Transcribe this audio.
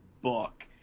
book